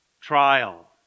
trial